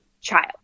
child